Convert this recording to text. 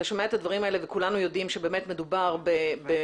אתה שומע את הדברים האלה וכולנו יודעים שבאמת מדובר במפגע,